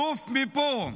עוף מפה.